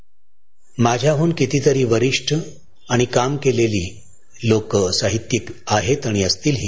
ध्वनी माझ्याहून कितीतरी वरिष्ठ आणि काम केलेली लोकं साहित्यिक आहेत आणि असतीलही